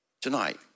Tonight